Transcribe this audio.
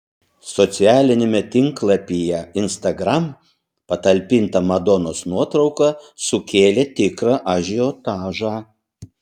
socialiniame tinklapyje instagram patalpinta madonos nuotrauka sukėlė tikrą ažiotažą